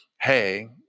hey